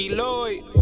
Lloyd